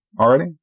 already